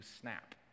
snap